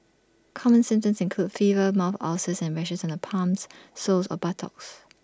common symptoms include fever mouth ulcers and rashes on the palms soles or buttocks